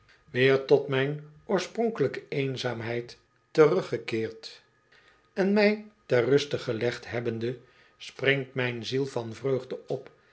tot mijn oorspronkelijke eenzaamheid teruggekeerd en mij ter ruste gelegd hebbende springt mijn ziel van vreugde op